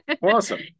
Awesome